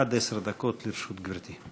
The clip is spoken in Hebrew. עד עשר דקות לרשות גברתי.